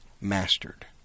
mastered